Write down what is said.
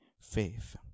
faith